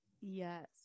Yes